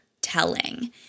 telling